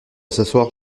s’asseoir